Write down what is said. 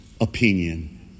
opinion